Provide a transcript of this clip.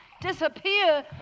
Disappear